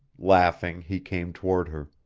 laughing, he came toward her.